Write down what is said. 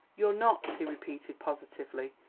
you're not, he repeated positively,